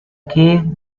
gave